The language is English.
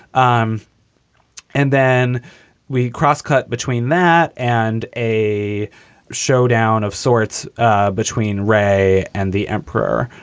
um and then we cross-cut between that and a showdown of sorts ah between ray and the emperor.